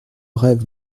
rêve